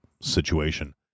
situation